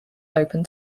open